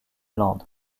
landes